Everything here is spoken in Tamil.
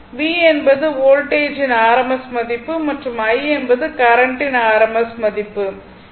V என்பது வோல்டேஜின் rms மதிப்பு மற்றும் I என்பது கரண்ட்டின் rms மதிப்பு ஆகும்